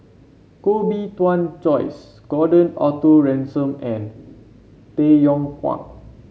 Koh Bee Tuan Joyce Gordon Arthur Ransome and Tay Yong Kwang